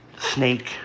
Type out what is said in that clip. Snake